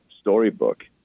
storybook